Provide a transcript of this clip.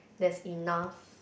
there's enough